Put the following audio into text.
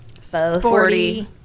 sporty